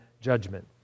judgment